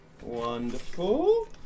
Wonderful